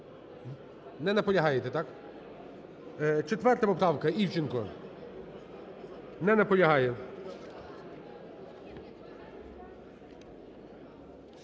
Не наполягаєте, так? 4 поправка, Івченко. Не наполягає.